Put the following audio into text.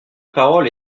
parole